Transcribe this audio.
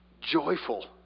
Joyful